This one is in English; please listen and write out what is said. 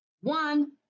one